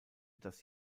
das